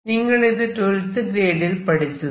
നിങ്ങളിത് 12th ഗ്രേഡിൽ പഠിച്ചതാണ്